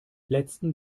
letzten